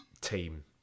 team